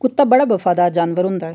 कुत्ता बड़ा वफादार जानवर हुंदा ऐ